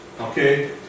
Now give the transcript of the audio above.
Okay